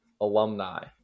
alumni